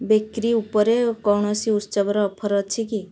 bakery ଉପରେ କୌଣସି ଉତ୍ସବର ଅଫର୍ ଅଛି କି